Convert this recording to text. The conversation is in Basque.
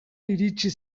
iritsi